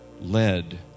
led